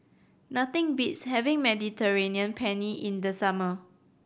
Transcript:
nothing beats having Mediterranean Penne in the summer